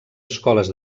escoles